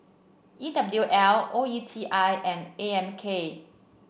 E W L O E T I and A M K